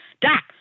Doc